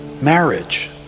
Marriage